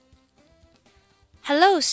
Hello